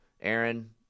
Aaron